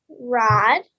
rod